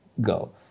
Go